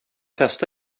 festa